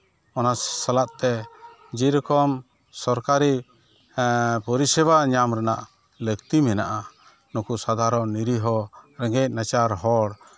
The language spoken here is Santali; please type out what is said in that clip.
ᱚᱱᱟ ᱥᱟᱞᱟᱜ ᱛᱮ ᱡᱮᱨᱚᱠᱚᱢ ᱥᱚᱨᱠᱟᱨᱤ ᱯᱚᱨᱤᱥᱮᱵᱟ ᱧᱟᱢ ᱨᱮᱱᱟᱜ ᱞᱟᱹᱠᱛᱤ ᱢᱮᱱᱟᱜᱼᱟ ᱱᱩᱠᱩ ᱥᱟᱫᱷᱟᱨᱚᱱ ᱱᱤᱨᱤᱦᱚ ᱨᱮᱸᱜᱮᱡ ᱱᱟᱪᱟᱨ ᱦᱚᱲ